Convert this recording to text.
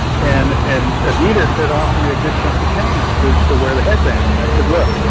and, and adidas had offered me a good chunk of change, two to wear the headband. and i said, look,